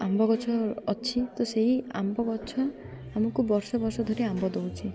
ଆମ୍ବ ଗଛ ଅଛି ତ ସେଇ ଆମ୍ବ ଗଛ ଆମକୁ ବର୍ଷ ବର୍ଷ ଧରି ଆମ୍ବ ଦଉଛି